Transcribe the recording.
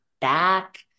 back